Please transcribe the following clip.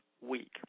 week